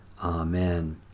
Amen